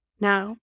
now